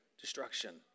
destruction